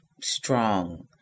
strong